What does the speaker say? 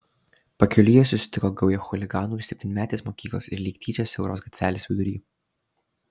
pakeliui jie susitiko gaują chuliganų iš septynmetės mokyklos ir lyg tyčia siauros gatvelės vidury